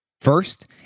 First